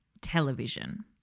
television